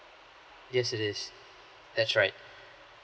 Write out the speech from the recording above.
yes it is that's right